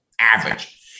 average